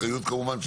אחריות כמובן,